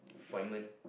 appointment